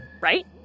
Right